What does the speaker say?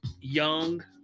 young